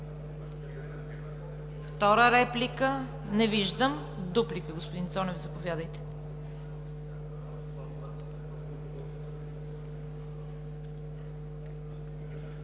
Втора реплика? Не виждам. Дуплика, господин Цонев, заповядайте.